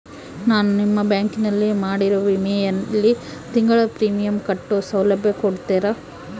ನಾನು ನಿಮ್ಮ ಬ್ಯಾಂಕಿನಲ್ಲಿ ಮಾಡಿರೋ ವಿಮೆಯಲ್ಲಿ ತಿಂಗಳ ಪ್ರೇಮಿಯಂ ಕಟ್ಟೋ ಸೌಲಭ್ಯ ಕೊಡ್ತೇರಾ?